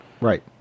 Right